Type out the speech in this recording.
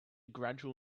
gradual